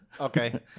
Okay